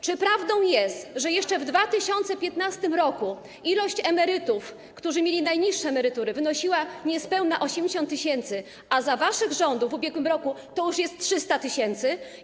Czy prawdą jest, że jeszcze w 2015 r. liczba emerytów, którzy mieli najniższe emerytury, wynosiła niespełna 80 tys., a za waszych rządów w ubiegłym roku to już jest 300 tys.